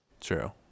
true